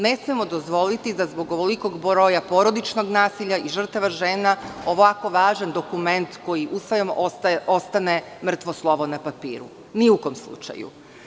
Ne smemo dozvoliti da zbog ovolikog broja porodičnog nasilja i žrtava žena ovako važan dokument koji usvajamo ostane mrtvo slovo na papiru, ni u kom slučaju.